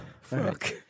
Fuck